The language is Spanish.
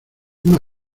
una